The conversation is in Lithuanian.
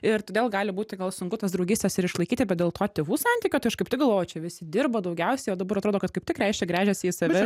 ir todėl gali būti gal sunku tas draugystes ir išlaikyti bet dėl to tėvų santykio tai aš kaip tik galvojau čia visi dirba daugiausiai o dabar atrodo kad kaip tik reiškia gręžiasi į save